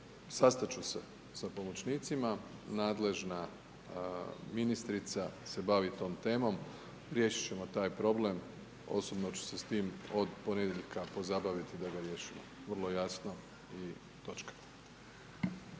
sastat ću se sa pomoćnicima, nadležna ministrica se bavi tom temom, riješit ćemo taj problem, osobno ću se s tim od ponedjeljka pozabaviti da ga riješimo. Vrlo jasno i točka.